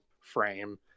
frame